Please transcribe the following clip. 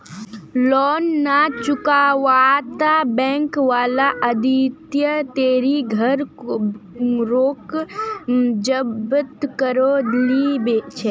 loan ना चुकावाता bank वाला आदित्य तेरे घर रोक जब्त करो ली छे